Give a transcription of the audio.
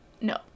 No